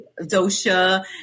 dosha